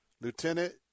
Lieutenant